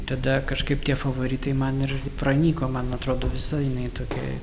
tada kažkaip tie favoritai man ir pranyko man atrodo visa jinai tokia